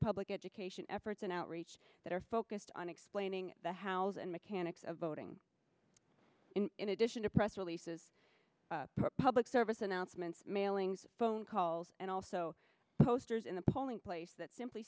public education efforts and outreach that are focused on explaining the how's and mechanics of voting in addition to press releases public service announcements mailings phone calls and also posters in the polling place that simply